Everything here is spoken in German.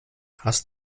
hast